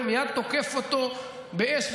בין העמידה שלך כאן בקריאה להסכמות,